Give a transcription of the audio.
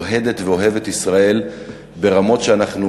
שהיא אוהדת ואוהבת ישראל ברמות שאנחנו